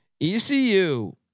ECU